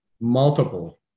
multiple